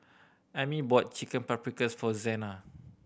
Ammie bought Chicken Paprikas for Zena